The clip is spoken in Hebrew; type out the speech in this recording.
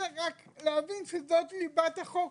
רק להבין, שזאת ליבת החוק.